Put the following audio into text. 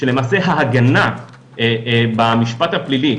שלמעשה ההגנה במשפט הפלילי,